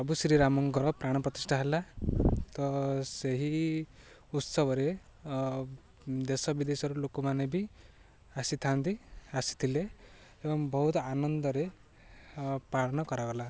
ପ୍ରଭୁ ଶ୍ରୀ ରାମଙ୍କର ପ୍ରାଣ ପ୍ରତିଷ୍ଠା ହେଲା ତ ସେହି ଉତ୍ସବରେ ଦେଶ ବିଦେଶରୁ ଲୋକମାନେ ବି ଆସିଥାନ୍ତି ଆସିଥିଲେ ଏବଂ ବହୁତ ଆନନ୍ଦରେ ପାଳନ କରାଗଲା